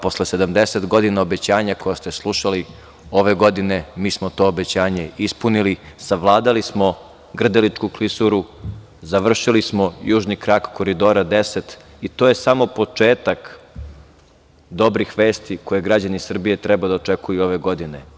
Posle 70 godina obećanja koja ste slušali ove godine mi smo to obećanje ispunili, savladali smo Grdeličku klisuru, završili smo južni krak Koridora 10, i to je samo početak dobrih vesti koje građani Srbije treba da očekuju ove godine.